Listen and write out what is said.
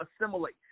assimilate